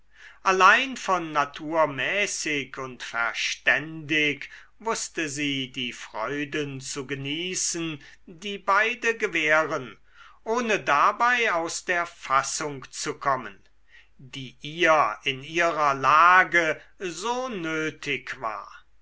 allein von natur mäßig und verständig wußte sie die freuden zu genießen die beide gewähren ohne dabei aus der fassung zu kommen die ihr in ihrer lage so nötig war